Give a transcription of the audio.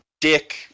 dick